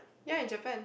ya in Japan